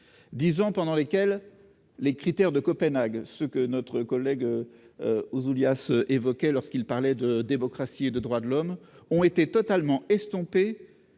dix ans pendant lesquels les critères de Copenhague, ceux que notre collègue Ouzoulias évoquait au sujet de la démocratie et des droits de l'homme, ont été totalement estompés